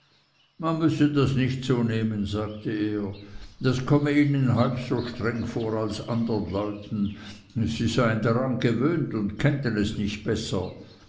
man müsse das nicht so nehmen sagte er das komme ihnen nicht halb so streng vor als andern leuten sie seien daran gewöhnt und kennten es nicht besser